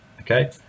okay